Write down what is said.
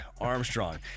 Armstrong